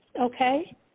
okay